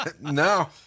No